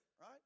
right